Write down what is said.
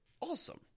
awesome